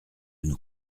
nous